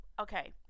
okay